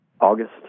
August